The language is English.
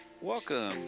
Welcome